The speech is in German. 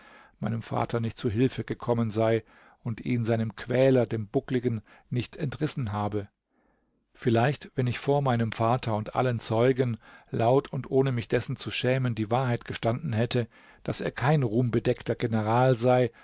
meinem vater nicht zu hilfe gekommen sei und ihn seinem quäler dem buckligen nicht entrissen habe vielleicht wenn ich vor meinem vater und allen zeugen laut und ohne mich dessen zu schämen die wahrheit gestanden hätte daß er kein ruhmbedeckter general sei